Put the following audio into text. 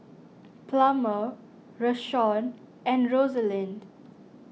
Plummer Rashawn and Rosalind